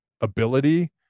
ability